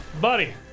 buddy